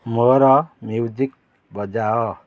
ମୋର ମ୍ୟୁଜିକ୍ ବଜାଅ